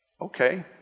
okay